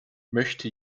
möchte